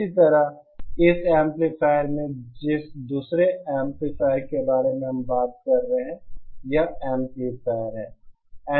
इसी तरह इस एम्पलीफायर में जिस दूसरे एम्पलीफायर के बारे में हम बात कर रहे हैं यह एम्पलीफायर है